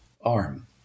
arm